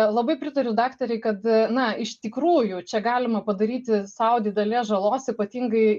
labai pritariu daktarei kad na iš tikrųjų čia galima padaryti sau didelės žalos ypatingai